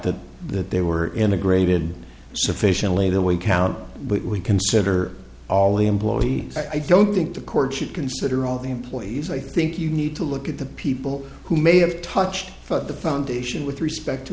that that they were integrated sufficiently that we count what we consider all the employee i don't think the court should consider all the employees i think you need to look at the people who may have touched the foundation with respect to